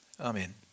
Amen